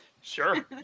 Sure